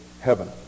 heaven